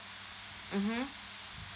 mmhmm